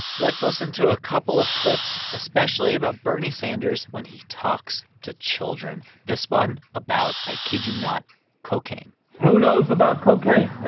let's listen to a couple of clips, especially about bernie sanders when he talks to children, this one about i kid you not cocaine who knows about cocaine?